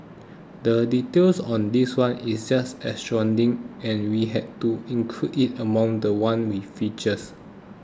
the details on this one is just astounding and we had to include it among the ones we featured